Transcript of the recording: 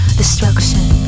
destruction